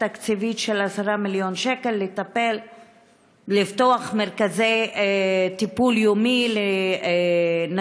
תקציבית של 10 מיליון שקל לטפל ולפתוח מרכזי טיפול יומי לנשים,